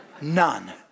None